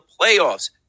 playoffs